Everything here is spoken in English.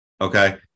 Okay